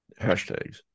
hashtags